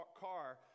car